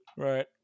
Right